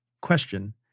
question